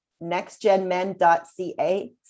nextgenmen.ca